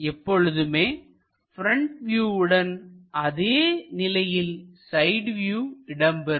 எப்பொழுதுமே ப்ரெண்ட் வியூவுடன் அதே நிலையில் சைடு வியூ இடம்பெறும்